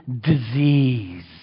disease